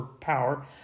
power